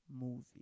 movie